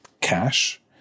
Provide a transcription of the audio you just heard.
cash